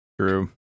true